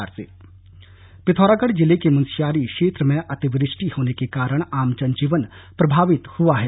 मौसम पिथौरागढ़ जिले के मुनस्यारी क्षेत्र में अतिवृष्टि होने के कारण आम जन जीवन प्रभावित हुआ है